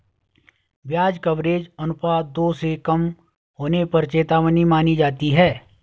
ब्याज कवरेज अनुपात दो से कम होने पर चेतावनी मानी जाती है